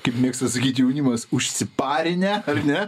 kaip mėgsta sakyt jaunimas užsiparinę ar ne